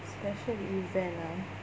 special event ah